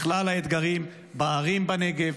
לכלל האתגרים בערים בנגב,